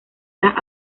las